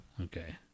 Okay